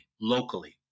locally